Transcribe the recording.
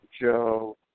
Joe